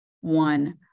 one